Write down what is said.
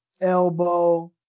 elbow